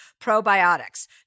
probiotics